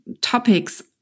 topics